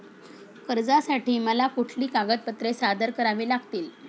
कर्जासाठी मला कुठली कागदपत्रे सादर करावी लागतील?